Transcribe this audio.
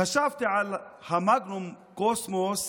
חשבתי על המגנום אופוס,